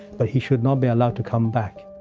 but he should not be allowed to come back.